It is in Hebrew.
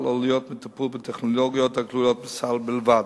או להיות מטופל בטכנולוגיות הכלולות בסל בלבד.